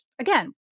again